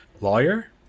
lawyer